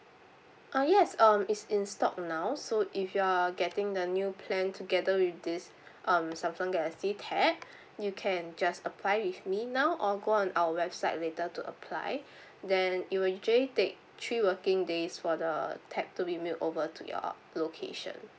uh yes um is in stock now so if you are getting the new plan together with this um samsung galaxy tab you can just apply with me now or go on our website later to apply then it will usually take three working days for the tab to be mailed over to your location